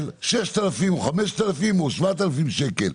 של 6,000 או 5,000 או 7,000 שקלים.